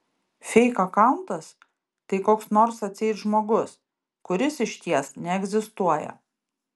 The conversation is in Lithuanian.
feik akauntas tai koks nors atseit žmogus kuris išties neegzistuoja